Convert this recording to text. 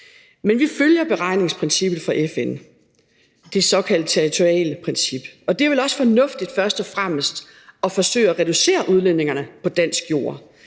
Men vi følger beregningsprincippet fra FN, det såkaldt territoriale princip. Det er vel også fornuftigt først og fremmest at forsøge at reducere udledningerne på dansk jord.